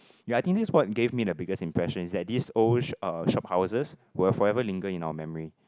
ya I think this quite gave me the biggest impression is that these old uh shop houses will forever linger in our memory